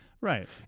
Right